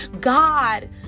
God